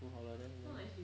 煮好了 then